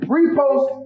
Repost